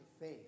faith